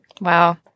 Wow